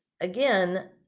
again